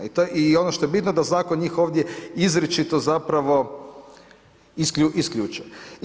I ono što je bitno, da zakon njih ovdje izričito zapravo isključuje.